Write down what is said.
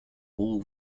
all